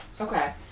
Okay